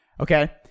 okay